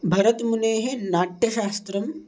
भरतमुनेः नाट्यशास्त्रम्